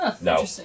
No